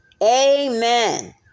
Amen